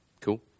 Cool